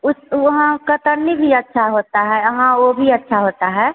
उस वहाँ कतरनी भी अच्छा होता है हाँ वो भी अच्छा होता है